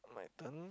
my turn